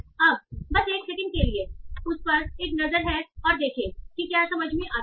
अब बस एक सेकंड के लिए उस पर एक नज़र है और देखें कि क्या समझ में आता है